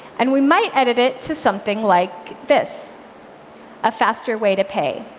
and we might edit it to something like this a faster way to pay.